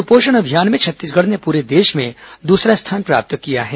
सुपोषण अभियान में छत्तीसगढ़ ने पूरे देश में दूसरा स्थान प्राप्त किया है